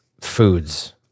foods